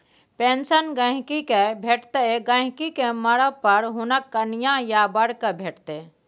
pension गहिंकी केँ भेटतै गहिंकी केँ मरब पर हुनक कनियाँ या बर केँ भेटतै